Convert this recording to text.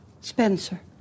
Spencer